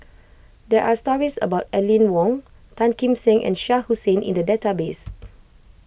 there are stories about Aline Wong Tan Kim Seng and Shah Hussain in the database